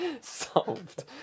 Solved